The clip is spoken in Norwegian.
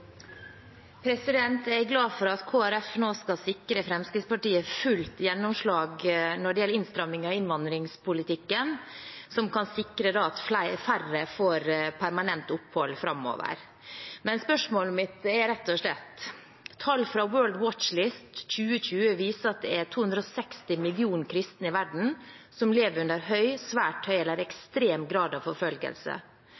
glad for at Kristelig Folkeparti nå skal sikre Fremskrittspartiet fullt gjennomslag når det gjelder innstramninger i innvandringspolitikken, som kan sikre at færre får permanent opphold framover. Men spørsmålet mitt gjelder rett og slett: Tall fra World Watch List 2020 viser at det er 260 millioner kristne i verden som lever under høy, svært høy eller